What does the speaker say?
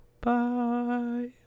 Bye